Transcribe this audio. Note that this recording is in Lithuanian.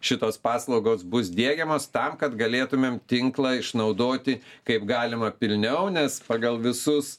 šitos paslaugos bus diegiamos tam kad galėtumėm tinklą išnaudoti kaip galima pilniau nes pagal visus